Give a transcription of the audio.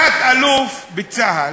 תת-אלוף בצה"ל,